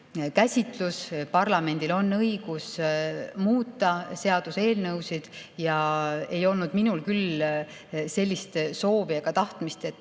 käsitlus. Parlamendil on õigus muuta seaduseelnõusid ja ei olnud minul küll sellist soovi ega tahtmist, et